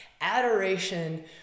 Adoration